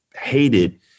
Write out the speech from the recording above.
hated